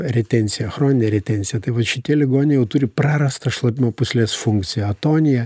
retencija chroninė retencija tai vat šitie ligoniai jau turi prarastą šlapimo pūslės funkciją atonija